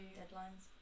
deadlines